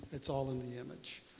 it's all in the image.